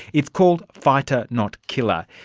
it's called fighter not killer.